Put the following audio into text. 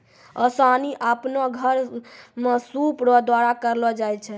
ओसानी आपनो घर मे सूप रो द्वारा करलो जाय छै